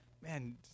Man